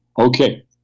okay